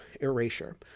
erasure